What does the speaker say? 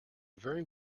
very